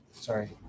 Sorry